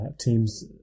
teams